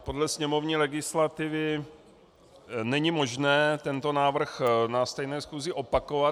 Podle sněmovní legislativy není možné tento návrh na stejné schůzi opakovat.